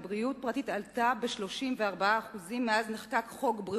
על בריאות פרטית גדלה ב-34% מאז נחקק חוק ביטוח